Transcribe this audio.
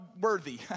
worthy